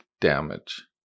damage